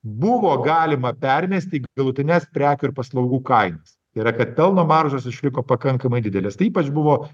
buvo galima permesti galutines prekių ir paslaugų kainas tai yra kad pelno maržos išliko pakankamai didelės tai ypač buvo